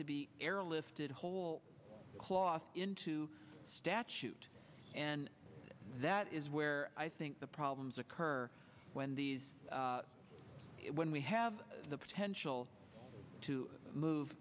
to be air lifted whole cloth into statute and that is where i think the problems occur when these when we have the potential to move